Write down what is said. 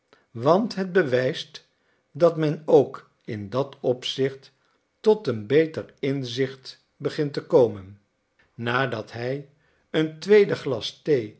want het bewijst dat men ook in dat opzicht tot een beter inzicht begint te komen nadat hij een tweede glas